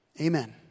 Amen